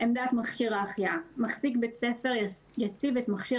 "עמדת מכשיר החייאה 4. מחזיק בית ספר יציב את מכשיר